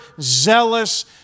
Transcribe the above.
zealous